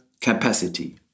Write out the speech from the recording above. capacity